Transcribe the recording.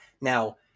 now